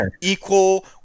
equal